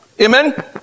Amen